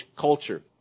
culture